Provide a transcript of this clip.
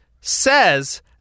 says